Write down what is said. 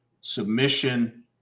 submission